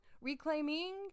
reclaiming